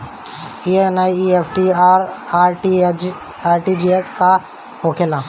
ई एन.ई.एफ.टी और आर.टी.जी.एस का होखे ला?